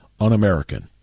un-American